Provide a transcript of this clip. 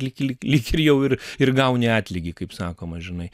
lyk lyk lyk ir jau ir ir gauni atlygį kaip sakoma žinai